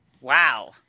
Wow